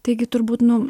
taigi turbūt nu